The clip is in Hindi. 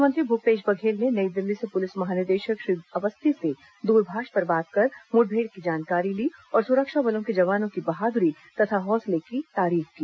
मुख्यमंत्री भूपेश बघेल ने नई दिल्ली से पुलिस महानिदेशक श्री अवस्थी से दूरभाष पर बात कर मुठभेड़ की जानकारी ली और सुरक्षा बलों के जवानों के बहादुरी तथा हौसलों की तारीफ की